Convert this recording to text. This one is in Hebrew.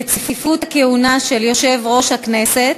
(רציפות הכהונה של יושב-ראש הכנסת),